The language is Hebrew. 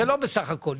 זה לא בסך הכול.